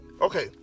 okay